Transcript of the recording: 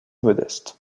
modeste